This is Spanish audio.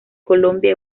colombia